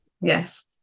Yes